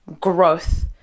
growth